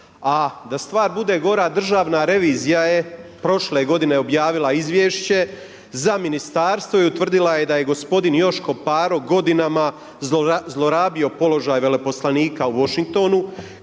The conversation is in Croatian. A da stvar bude gora, državna revizija je prošle godine objavila izvješće za ministarstvo i utvrdila je da je gospodin Joško Paro godinama zlorabio položaj veleposlanika u Washingtonu,